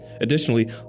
Additionally